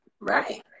Right